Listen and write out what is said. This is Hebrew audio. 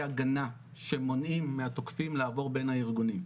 הגנה שמונעים מהתוקפים לעבור בין הארגונים.